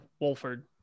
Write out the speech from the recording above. Wolford